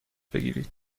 بگیرید